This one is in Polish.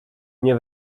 nie